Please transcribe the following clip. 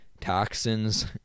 toxins